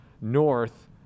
north